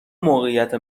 موقعیت